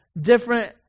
different